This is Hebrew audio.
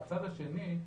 מהצד השני,